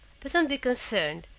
but don't be concerned,